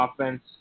offense